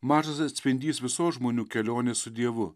mažas atspindys visos žmonių kelionės su dievu